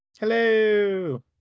Hello